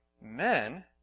Men